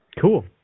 cool